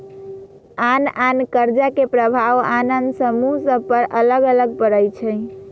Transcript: आन आन कर्जा के प्रभाव आन आन समूह सभ पर अलग अलग पड़ई छै